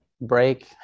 break